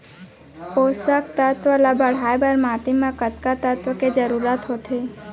पोसक तत्व ला बढ़ाये बर माटी म कतका तत्व के जरूरत होथे?